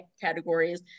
categories